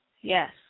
Yes